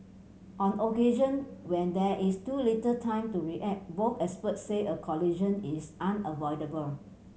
on occasion when there is too little time to react both experts said a collision is unavoidable